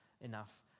enough